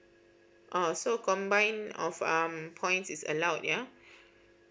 uh so combined of um points is allowed ya